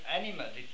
animals